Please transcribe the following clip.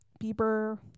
Bieber